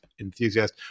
enthusiast